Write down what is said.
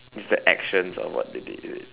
is that actions of what they did is it